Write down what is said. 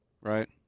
right